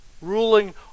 ruling